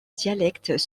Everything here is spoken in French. dialectes